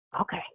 Okay